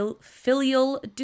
filial